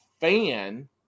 fan